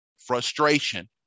frustration